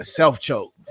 self-choke